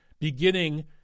beginning